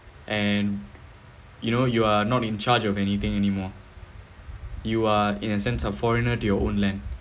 and you know you are not in charge of anything anymore you are in a sense of foreigner to your own land